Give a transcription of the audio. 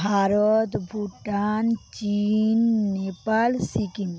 ভারত ভুটান চীন নেপাল সিকিম